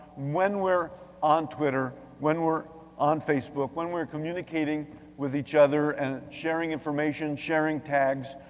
when we're on twitter, when we're on facebook, when we're communicating with each other and sharing information, sharing tags.